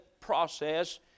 process